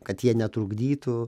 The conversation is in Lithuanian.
kad jie netrukdytų